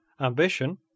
Ambition